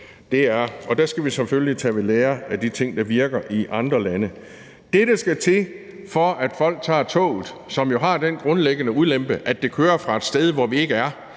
taler om, og der skal vi selvfølgelig tage ved lære af de ting, der virker i andre lande. Det, der skal til, for at folk tager toget, som jo har den grundlæggende ulempe, at det kører fra et sted, hvor vi ikke er,